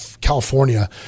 California